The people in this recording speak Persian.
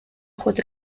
خود